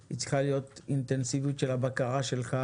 היא צריכה להיות אינטנסיביות של הבקרה שלך